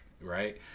right